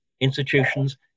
institutions